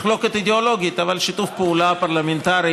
מחלוקת אידיאולוגית אבל שיתוף פעולה פרלמנטרי